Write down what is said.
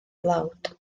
dlawd